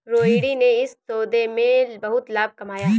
रोहिणी ने इस सौदे में बहुत लाभ कमाया